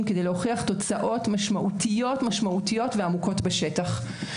כדי להוכיח תוצאות משמעותיות ועמוקות בשטח.